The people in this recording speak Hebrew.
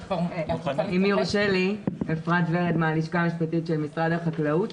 אם יורשה לי, אני מהלשכה המשפטית של משרד החקלאות.